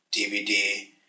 DVD